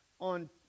on